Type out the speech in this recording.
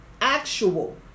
actual